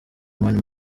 mani